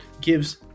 gives